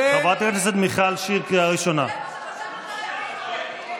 בחוק התיישנות על עבירות מין זה מה שחשוב לך להגיד?